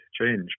change